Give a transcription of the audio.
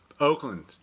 Oakland